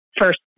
first